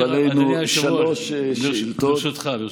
לפנינו שלוש שאילתות.